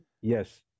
Yes